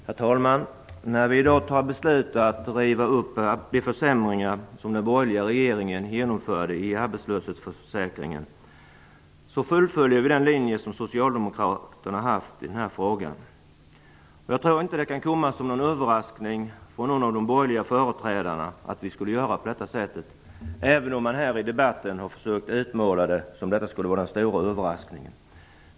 Herr talman! När vi i dag fattar beslut om att riva upp de försämringar som den borgerliga regeringen genomförde i arbetslöshetsförsäkringen, fullföljer vi den linje som Socialdemokraterna har haft i den här frågan. Jag tror inte att det kan komma som någon överraskning för någon av de borgerliga företrädarna att vi skulle göra på detta sätt, även om man här i debatten har försökt att utmåla det som om detta skulle vara den stora överraskningen.